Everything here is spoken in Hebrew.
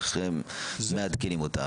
איך מעדכנים אותה.